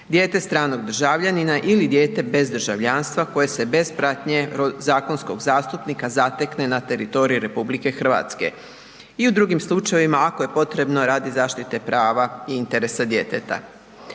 dijete stranog državljanina ili dijete bez državljanstva koje se bez pratnje zakonskog zastupnika zatekne na teritoriju RH i u drugim slučajevima ako je potrebno radi zaštite prava i interesa djeteta.